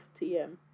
TM